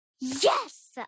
Yes